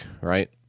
right